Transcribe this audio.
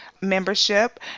membership